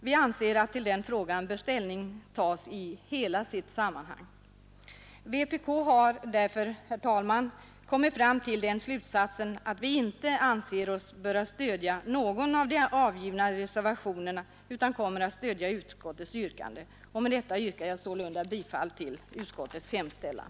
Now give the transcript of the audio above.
Vi anser att till den frågan bör ställning tas i hela sitt sammanhang. Vpk har därför, herr talman, kommit fram till den slutsatsen att vi inte anser oss böra stödja någon av de avgivna reservationerna utan kommer att stödja utskottets yrkande. Med detta yrkar jag sålunda bifall till utskottets hemställan.